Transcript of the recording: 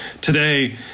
today